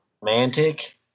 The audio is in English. romantic